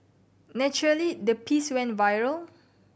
naturally the piece went viral